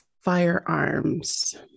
firearms